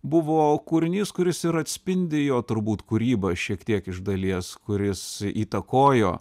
buvo kūrinys kuris ir atspindi jo turbūt kūrybą šiek tiek iš dalies kuris įtakojo